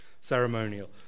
ceremonial